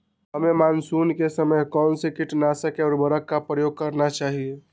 हमें मानसून के समय कौन से किटनाशक या उर्वरक का उपयोग करना चाहिए?